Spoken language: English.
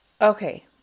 Okay